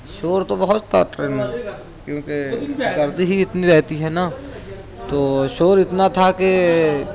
شور تو بہت تھا ٹرین میں کیونکہ گردی ہی اتنی رہتی ہے نا تو شور اتنا تھا کہ